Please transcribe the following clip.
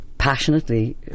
Passionately